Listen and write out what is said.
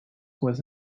was